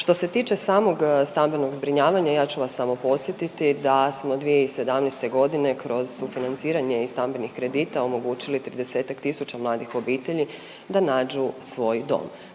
Što se tiče samog stambenog zbrinjavanja ja ću vas samo podsjetiti da smo 2017.g. kroz sufinanciranje i stambenih kredita omogućili 30-tak tisuća mladih obitelji da nađu svoj dom.